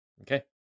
Okay